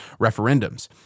referendums